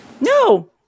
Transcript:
no